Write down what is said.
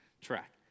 track